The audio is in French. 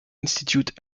institute